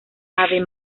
ave